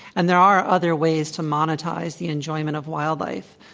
and there are other ways to monetize the enjoyment of wildlife.